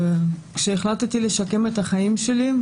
כשהחלטתי לשקם את החיים שלי,